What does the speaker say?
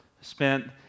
spent